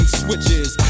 switches